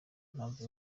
impamvu